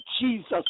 Jesus